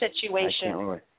situation